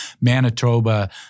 Manitoba